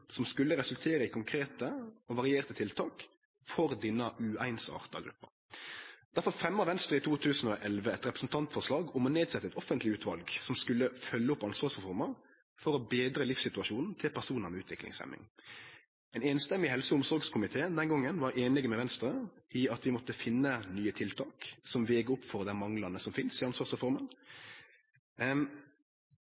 som skulle resultere i konkrete og varierte tiltak for denne ueinsarta gruppa. Derfor fremja Venstre i 2011 eit representantforslag om å setje ned eit offentleg utval som skulle følgje opp Ansvarsreforma, for å betre livssituasjonen til personar med utviklingshemming. Ein samrøystes helse- og omsorgskomité den gongen var einig med Venstre i at vi måtte finne nye tiltak som veg opp for dei manglane som finst i Ansvarsreforma.